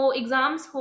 exams